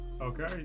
okay